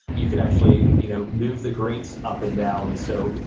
you could actually you know move the grates up and down. so,